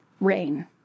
rain